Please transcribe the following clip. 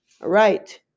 right